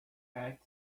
fact